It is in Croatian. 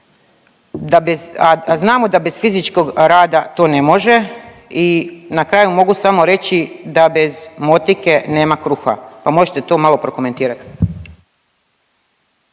a znamo da bez fizičkog rada to ne može i na kraju, mogu samo reći da bez motike nema kruha, pa možete to malo prokomentirati?